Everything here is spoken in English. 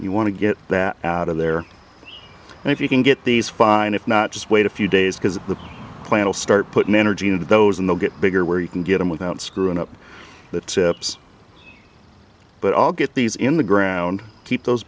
you want to get that out of there and if you can get these fine if not just wait a few days because the plan to start putting energy into those in the get bigger where you can get them without screwing up the tips but i'll get these in the ground keep those